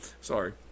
Sorry